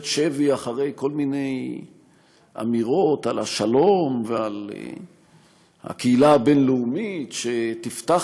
שבי אחרי כל מיני אמירות על השלום ועל הקהילה הבין-לאומית שתפתח